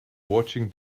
watching